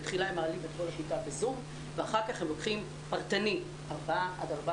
בתחילה הם מעלים את כל הכיתה בזום ואחר-כך הם לוקחים פרטנית 4 עד